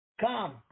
Come